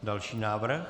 Další návrh?